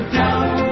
down